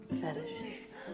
fetishes